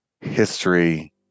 history